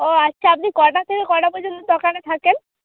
ও আচ্ছা আপনি কটা থেকে কটা পর্যন্ত দোকানে থাকেন